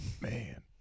Man